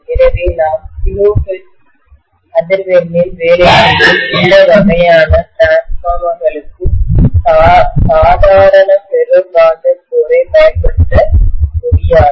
எனவே நாம் kilo hertz அதிர்வெண்ணில் வேலை செய்யும் இந்த வகையான மின்மாற்றிகளுக்கு டிரான்ஸ்பார்மர்களுக்கு சாதாரண ஃபெரோ காந்த மையத்தை கோரை பயன்படுத்த முடியாது